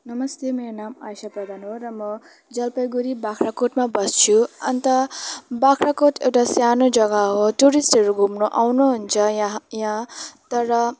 नमस्ते मेरो नाम आइसा प्रधान हो र म जलपाइगुडी बाख्राकोटमा बस्छु अन्त बाख्राकोट एउटा सानो जग्गा हो टुरिस्टहरू घुम्नु आउनुहुन्छ यहाँ यहाँ तर